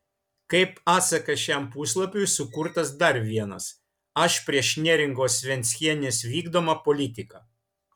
kaip atsakas šiam puslapiui sukurtas dar vienas aš prieš neringos venckienės vykdomą politiką